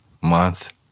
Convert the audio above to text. month